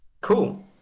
Cool